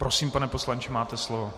Prosím, pane poslanče, máte slovo.